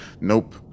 Nope